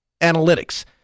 Analytics